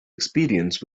experience